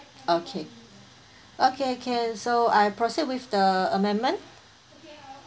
okay okay can so I proceed with the amendment